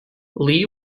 lee